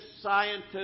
scientists